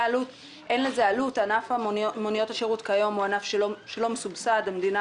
אין לזה עלות, ענף מוניות השירות לא מסובסד כיום.